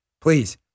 please